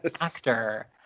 actor